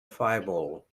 fireball